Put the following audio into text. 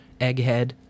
Egghead